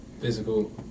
physical